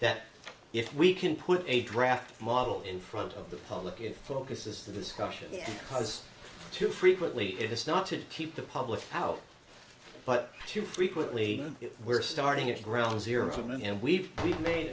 that if we can put a draft model in front of the public it focuses the discussion because too frequently it is not to keep the public out but too frequently we're starting at ground zero and we've we've made